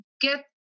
get